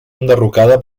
enderrocada